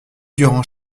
durant